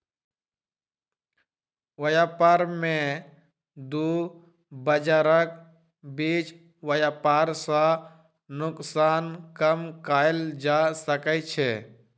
व्यापार में दू बजारक बीच व्यापार सॅ नोकसान कम कएल जा सकै छै